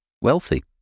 wealthy